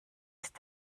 ist